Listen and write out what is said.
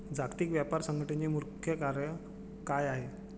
जागतिक व्यापार संघटचे मुख्य कार्य काय आहे?